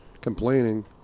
complaining